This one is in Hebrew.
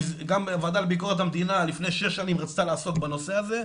גם הוועדה לביקורת המדינה לפני שש שנים רצתה לעסוק בנושא הזה,